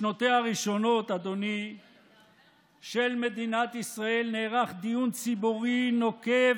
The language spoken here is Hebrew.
בשנותיה הראשונות של מדינת ישראל נערך דיון ציבורי נוקב